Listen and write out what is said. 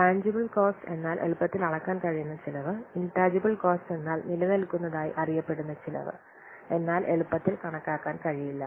ടാൻജിബ്ബിൽ cost എന്നാൽ എളുപ്പത്തിൽ അളക്കാൻ കഴിയുന്ന ചെലവ് ഇൻട്ടാജിബിൽ കോസ്റ്റ് എന്നാൽ നിലനിൽക്കുന്നതായി അറിയപ്പെടുന്ന ചെലവ് എന്നാൽ എളുപ്പത്തിൽ കണക്കാക്കാൻ കഴിയില്ല